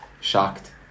shocked